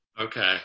Okay